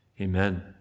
amen